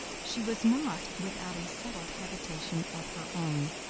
she was not without a settled habitation of her own.